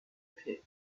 pit